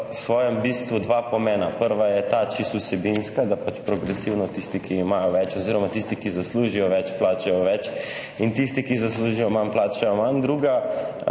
v svojem bistvu dva pomena. Prvi je ta povsem vsebinski, da pač progresivno tisti, ki imajo več, oziroma tisti, ki zaslužijo več, plačajo več, in tisti, ki zaslužijo manj, plačajo manj. Drugi